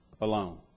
alone